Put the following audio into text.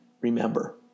remember